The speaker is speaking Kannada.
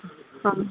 ಹಾಂ